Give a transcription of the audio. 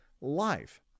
life